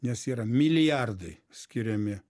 nes yra milijardai skiriami